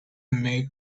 make